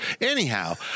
Anyhow